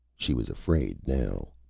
she was afraid now.